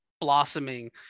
blossoming